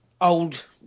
old